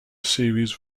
series